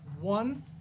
one